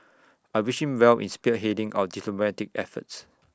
I wish him well in spearheading our diplomatic efforts